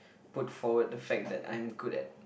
put forward the fact that I'm good at